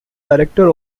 director